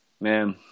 Man